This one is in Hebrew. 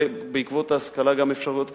ובעקבות ההשכלה גם אפשרויות כלכליות.